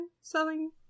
selling